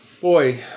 Boy